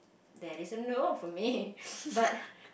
that is a no for me but